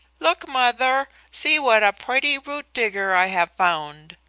look, mother see what a pretty root digger i have found.